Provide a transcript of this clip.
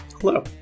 hello